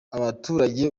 abaturage